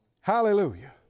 Hallelujah